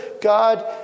God